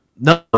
No